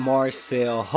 Marcel